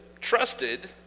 trusted